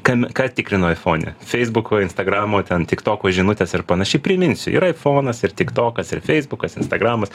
kam ką tikrinu aifone feisbuko instagramo ten tiktoko žinutes ir panašiai priminsiu yra aifonas ir tiktokas ir feisbukas instagramas